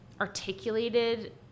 articulated